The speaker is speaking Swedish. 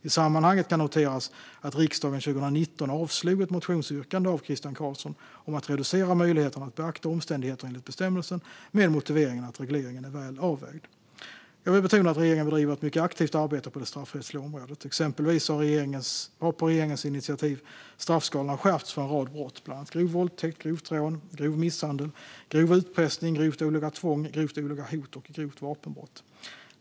I sammanhanget kan noteras att riksdagen 2019 avslog ett motionsyrkande av Christian Carlsson om att reducera möjligheterna att beakta omständigheter enligt bestämmelsen med motiveringen att regleringen är väl avvägd. Jag vill betona att regeringen bedriver ett mycket aktivt arbete på det straffrättsliga området. Exempelvis har på regeringens initiativ straffskalorna skärpts för en rad brott, bland annat grov våldtäkt, grovt rån, grov misshandel, grov utpressning, grovt olaga tvång, grovt olaga hot och grovt vapenbrott.